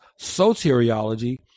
soteriology